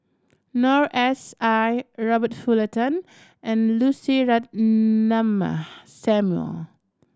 Noor S I Robert Fullerton and Lucy Ratnammah Samuel